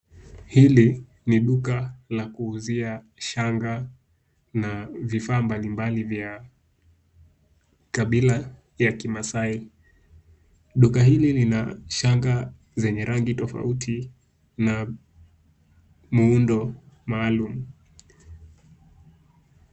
Hili ni duka la kuuzia shanga na vifaa mbali mbali vya kabila ya kimaasai. Duka hili lina shanga zenye rangi tofauti na muundo maalum.